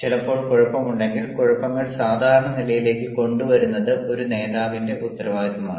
ചിലപ്പോൾ കുഴപ്പമുണ്ടെങ്കിൽ കുഴപ്പങ്ങൾ സാധാരണ നിലയിലേക്ക് കൊണ്ടുവരുന്നത് ഒരു നേതാവിന്റെ ഉത്തരവാദിത്തമാണ്